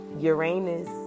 Uranus